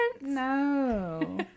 No